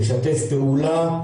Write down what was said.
לשתף פעולה,